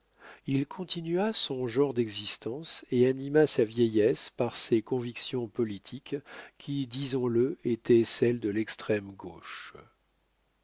il continua son genre d'existence et anima sa vieillesse par ses convictions politiques qui disons-le étaient celles de l'extrême gauche